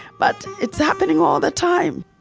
but it's happening all the time